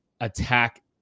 attack